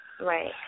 Right